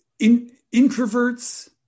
introverts